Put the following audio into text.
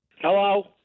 Hello